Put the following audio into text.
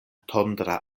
tondra